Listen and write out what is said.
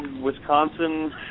Wisconsin